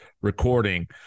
recording